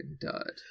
dud